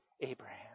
Abraham